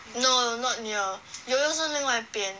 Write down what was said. no not near Yoyo 是另外一边